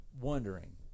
wondering